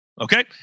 Okay